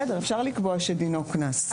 בסדר, אפשר לקבוע שדינו קנס.